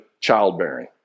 childbearing